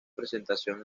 presentación